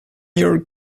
your